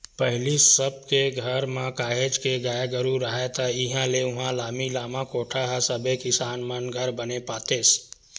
पहिली सब के घर म काहेच के गाय गरु राहय ता इहाँ ले उहाँ लामी लामा कोठा ह सबे किसान मन घर बने पातेस